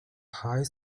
high